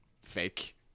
fake